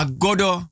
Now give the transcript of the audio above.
Agodo